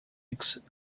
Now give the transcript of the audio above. aches